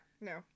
no